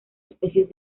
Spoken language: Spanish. especies